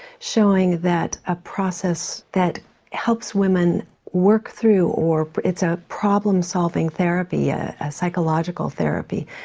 showing that a process that helps women work through, or it's a problem solving therapy, ah a psychological therapy,